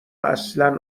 اصلا